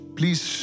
please